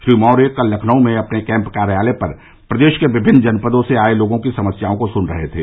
श्री मौर्य कल लखनऊ में अपने कैम्प कार्यालय पर प्रदेश के विभिन्न जनपदों से आये लोगों की समस्याओं को सुन रहे थे